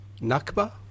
Nakba